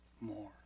more